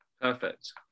perfect